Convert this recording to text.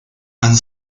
han